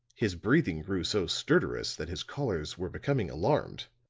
his breathing grew so stertorous that his callers were becoming alarmed